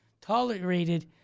tolerated